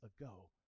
ago